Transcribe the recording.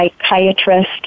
psychiatrist